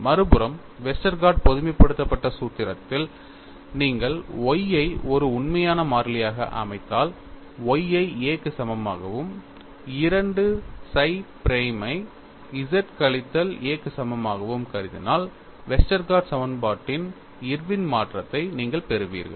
மறுபுறம் வெஸ்டர்கார்ட் பொதுமைப்படுத்தப்பட்ட சூத்திரத்தில் நீங்கள் Y ஐ ஒரு உண்மையான மாறிலியாக அமைத்தால் Y ஐ A க்கு சமமாகவும் 2 psi பிரைமை Z கழித்தல் A க்கு சமமாகவும் கருதினால் வெஸ்டர்கார்ட் சமன்பாட்டின் இர்வின் மாற்றத்தை நீங்கள் பெறுவீர்கள்